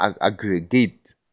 aggregate